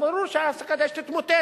אז ברור שהפסקת האש תתמוטט.